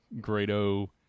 Grado